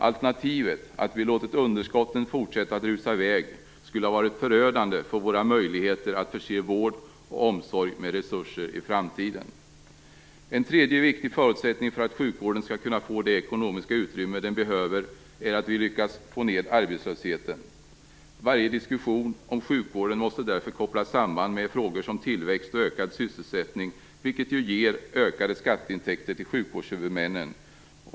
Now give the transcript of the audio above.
Alternativet - att vi låtit underskotten fortsätta att rusa i väg - skulle ha varit förödande för våra möjligheter att förse vård och omsorg med resurser i framtiden. En tredje viktig förutsättning för att sjukvården skall kunna få det ekonomiska utrymme den behöver är att vi lyckas få ned arbetslösheten. Varje diskussion om sjukvården måste därför kopplas samman med frågor som tillväxt och ökad sysselsättning, vilket ger ökade skatteintäkter till sjukvårdshuvudmännen.